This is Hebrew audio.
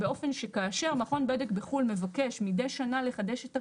באופן שכאשר מכון בדק בחו"ל מבקש מידי שנה לחדש את הרישיון,